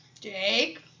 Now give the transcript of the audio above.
Jake